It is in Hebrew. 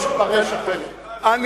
הממשלה קיבלה את